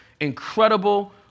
incredible